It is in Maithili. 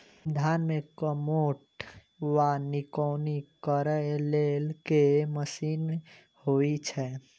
धान मे कमोट वा निकौनी करै लेल केँ मशीन होइ छै?